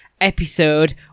episode